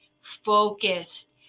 focused